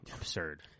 Absurd